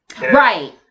right